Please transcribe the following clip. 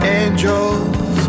angels